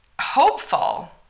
hopeful